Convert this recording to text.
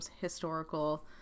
historical